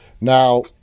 now